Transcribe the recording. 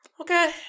okay